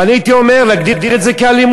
ואני הייתי אומר להגדיר את זה כאלימות,